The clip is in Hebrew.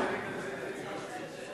אין שאילתות?